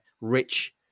rich